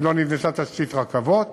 ולא נבנתה תשתית רכבות,